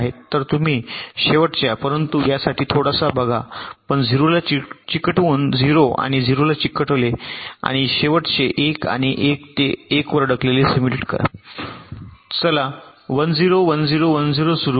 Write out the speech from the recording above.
तर तुम्ही शेवटच्या परंतु या साठी थोडासा बघा पण 0 ला चिकटवून 0 आणि 0 ला चिकटवले आणि शेवटचे 1 आणि 1 ते 1 वर अडकलेले सिम्युलेट करा चला 1 0 1 0 1 0 सुरू करू